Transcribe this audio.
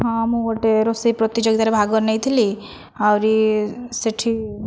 ହଁ ମୁଁ ଗୋଟେ ରୋଷେଇ ପ୍ରତିଯୋଗିତାରେ ଭାଗ ନେଇଥିଲି ଆହୁରି ସେଠି